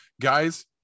guys